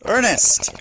Ernest